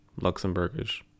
Luxembourgish